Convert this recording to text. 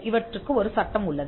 இவற்றுக்கு ஒரு சட்டம் உள்ளது